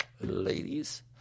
ladies